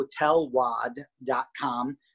hotelwad.com